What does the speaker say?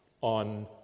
on